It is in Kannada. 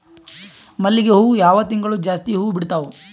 ಮಲ್ಲಿಗಿ ಹೂವು ಯಾವ ತಿಂಗಳು ಜಾಸ್ತಿ ಹೂವು ಬಿಡ್ತಾವು?